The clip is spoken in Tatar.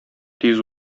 тиз